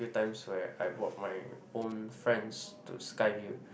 times where I brought my own friends to Skyview